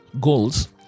goals